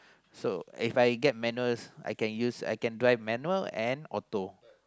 so If I get manual I can use I can drive manual and auto